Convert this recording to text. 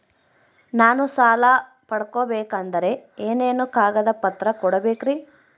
ನಾನು ಸಾಲ ಪಡಕೋಬೇಕಂದರೆ ಏನೇನು ಕಾಗದ ಪತ್ರ ಕೋಡಬೇಕ್ರಿ?